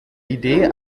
idee